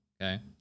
okay